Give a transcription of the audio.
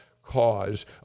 cause